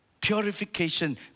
Purification